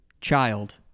child